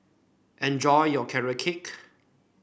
enjoy your Carrot Cake